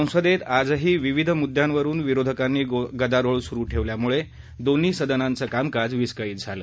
संसदेत आजही विविध मुद्द्यांवर विरोधकांनी गदारोळ सुरू ठेवल्यामुळे दोन्ही सदनांचं कामकाज विस्कळीत झालं